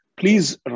Please